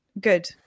good